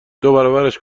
دوبرابرش